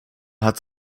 hat